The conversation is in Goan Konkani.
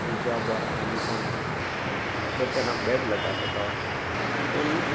तुज्या बोर आनी कोण केन केन्ना बॅड लक आसोता पूण